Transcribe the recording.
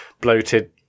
bloated